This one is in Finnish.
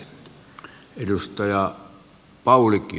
arvoisa herra puhemies